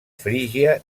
frígia